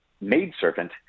maidservant